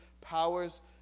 powers